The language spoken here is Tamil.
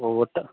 ஓ